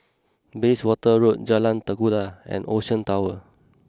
Bayswater Road Jalan Tekukor and Ocean Towers